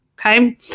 Okay